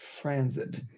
transit